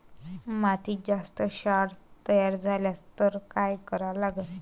मातीत जास्त क्षार तयार झाला तर काय करा लागन?